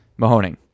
Mahoning